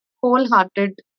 wholehearted